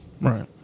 Right